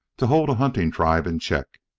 to hold a hunting-tribe in check.